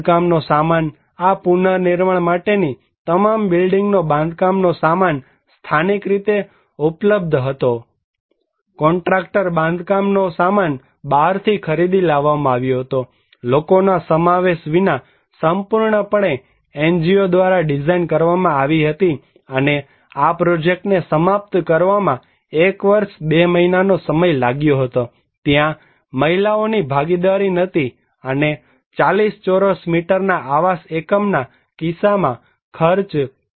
બાંધકામનો સામાન આ પુનઃનિર્માણ માટે ની તમામ બિલ્ડીંગનો બાંધકામ નો સામાન સ્થાનિક રીતે ઉપલબ્ધ સામાન હતોકોન્ટ્રાક્ટર બાંધકામનો સામાન બહારથી ખરીદી લાવ્યા હતા લોકોના સમાવેશ વિના સંપૂર્ણ પણે NGO દ્વારા ડિઝાઇન કરવામાં આવી હતી અને આ પ્રોજેક્ટને સમાપ્ત કરવામાં 1 વર્ષ 2 મહિનાનો સમય લાગ્યો હતો ત્યાં મહિલાઓની ભાગીદારી નહોતી અને 40 ચોરસ મીટરના આવાસ એકમના કિસ્સામાં ખર્ચ રૂ